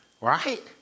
Right